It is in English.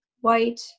white